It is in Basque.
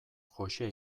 jose